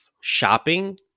shopping